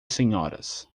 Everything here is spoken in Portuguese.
senhoras